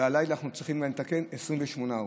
ומהלילה אנחנו צריכים לתקן ל-28 הרוגים,